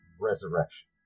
Resurrection